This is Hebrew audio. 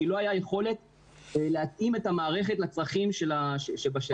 כי לא הייתה יכולת להתאים את המערכת לצרכים שבשטח.